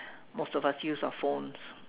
most of us use our phones